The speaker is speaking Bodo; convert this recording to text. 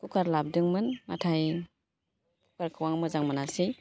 कुकार लाबोदोंमोन नाथाय कुकारखौ आं मोजां मोनासै